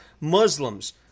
Muslims